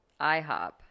ihop